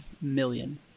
million